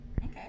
Okay